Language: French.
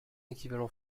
équivalent